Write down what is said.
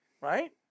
Right